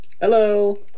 Hello